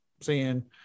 seeing